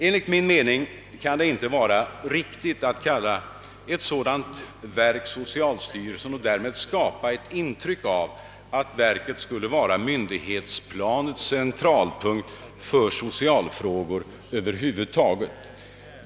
Enligt min mening kan det inte vara riktigt att kalla ett sådant verk för socialstyrelsen och därmed skapa ett intryck av att verket skulle vara myndighetsplanets centralpunkt för socialfrågor över huvud taget.